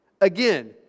Again